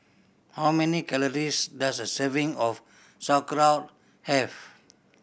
how many calories does a serving of Sauerkraut have